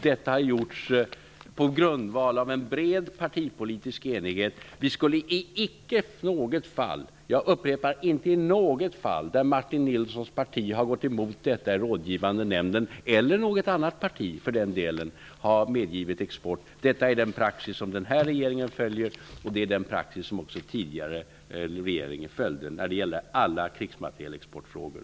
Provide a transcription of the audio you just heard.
Detta har gjorts på grundval av en bred partipolitisk enighet. Vi skulle inte i något fall där Martin Nilssons parti -- eller något annat parti, för den delen -- i rådgivande nämnden har gått emot export ha medgivit sådan. Detta är den praxis som den här regeringen följer, och det är den praxis som också den tidigare regeringen följde när det gäller alla krigsmaterielexportfrågor.